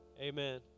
amen